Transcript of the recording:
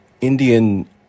Indian